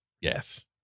Yes